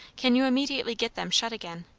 can you immediately get them shut again.